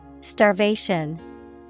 Starvation